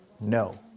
no